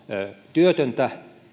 työtöntä